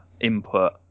input